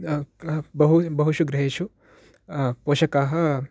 बहु बहुषु गृहेषु पोषकाः